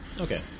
okay